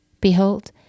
Behold